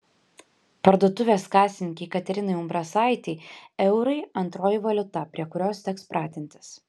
parduotuvės kasininkei katerinai umbrasaitei eurai antroji valiuta prie kurios teks pratintis